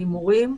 להימורים.